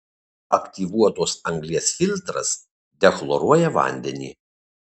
aktyvuotos anglies filtras dechloruoja vandenį